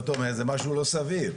זאת אומרת זה משהו לא סביר.